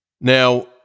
Now